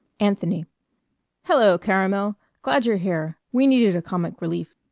anthony hello, caramel. glad you're here. we needed a comic relief.